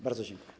Bardzo dziękuję.